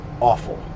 awful